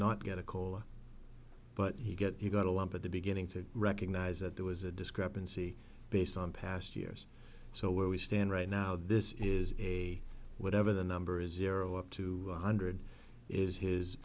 not get a cola but he get he got a lot at the beginning to recognize that there was a discrepancy based on past years so where we stand right now this is a whatever the number is zero up to one hundred is his